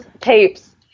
tapes